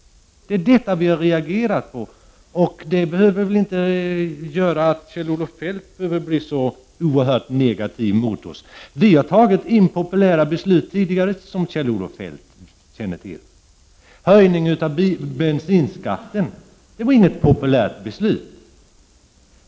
Det är detta vi har reagerat mot. Det behöver inte leda till att Kjell-Olof Feldt blir så oerhört negativ mot oss. Som Kjell-Olof Feldt känner till har vi ju fattat impopulära beslut tidigare. Höjningen av bensinskatten var inget populärt beslut.